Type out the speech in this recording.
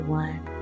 one